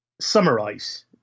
summarise